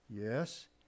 Yes